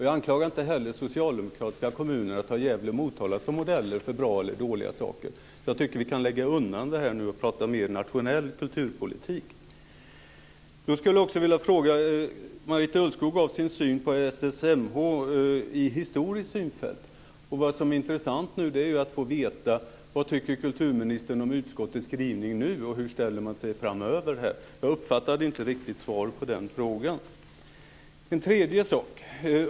Jag anklagar inte heller socialdemokratiska kommuner för att ha Gävle eller Motala som modeller för bra eller dåliga saker. Jag tycker att vi kan lägga undan det här nu och prata mer nationell kulturpolitik. Jag skulle också vilja ställa en fråga. Marita Ulvskog gav sin syn på SSHM i ett historiskt perspektiv. Vad som nu är intressant är att få veta vad kulturministern tycker om utskottets skrivning nu och hur man ställer sig framöver. Jag uppfattade inte riktigt svaret på den frågan. Sedan vill jag ta upp en tredje sak.